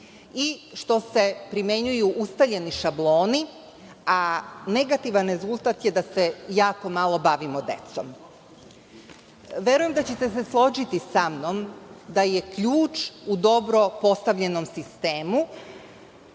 i što se primenjuju ustaljeni šabloni, a negativan rezultat je da se jako malo bavimo decom. Verujem da ćete se složiti sa mnom da je ključ u dobro postavljenom sistemu